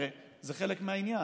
הרי זה חלק מהעניין,